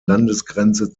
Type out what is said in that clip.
landesgrenze